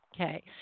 Okay